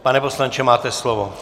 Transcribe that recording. Pane poslanče, máte slovo.